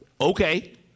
Okay